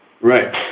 Right